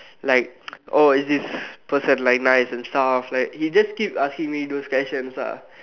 like oh is this person like nice and stuff like he just keep asking me those questions ah